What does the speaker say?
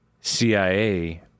CIA